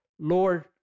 Lord